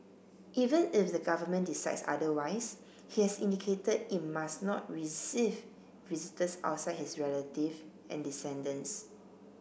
even if the government decides otherwise he has indicated it must not receive visitors outside his relative and descendants